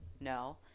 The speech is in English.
No